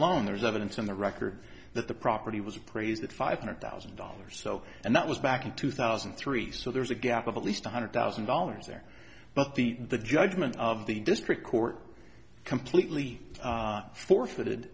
loan there's evidence on the record that the property was appraised at five hundred thousand dollars so and that was back in two thousand and three so there's a gap of at least one hundred thousand dollars there but the the judgment of the district court completely forfeited